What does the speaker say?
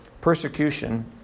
persecution